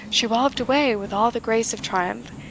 she walloped away with all the grace of triumph,